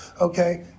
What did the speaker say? Okay